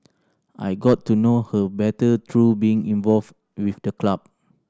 I got to know her better through being involved with the club